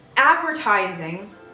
advertising